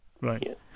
Right